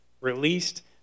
released